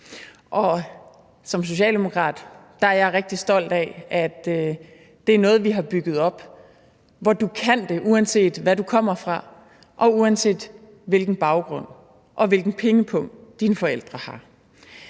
som socialdemokrat er jeg rigtig stolt af, at det er noget, vi har bygget op, hvor der er det, uanset hvad du kommer fra, og uanset hvilken baggrund og hvilken pengepung dine forældre har.